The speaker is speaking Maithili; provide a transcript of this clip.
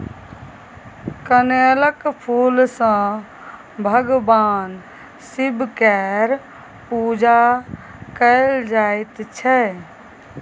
कनेलक फुल सँ भगबान शिब केर पुजा कएल जाइत छै